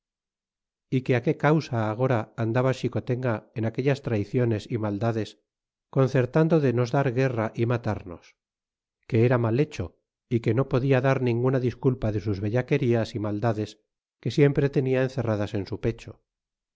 e que á qué causa agora andaba xicotenga en aquellas traiciones y maldades concertando de nos dar guerra y matarnos que era mal hecho é que no podía dar ninguna disculpa de sus bellaquerías y maldades que siempre tenia encerradas en su pecho